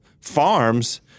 farms